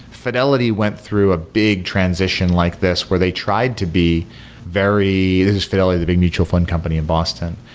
fidelity went through a big transition like this where they tried to be very this is fidelity, the big mutual fund company in boston.